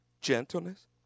gentleness